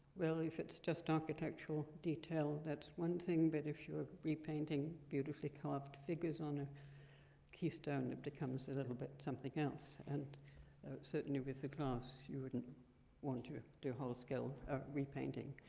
well, if it's just architectural detail, that's one thing. but if you're repainting beautifully-carved figures on a keystone, it becomes a little bit something else. and certainly with the glass, you wouldn't want to do whole scale ah repainting.